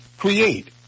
Create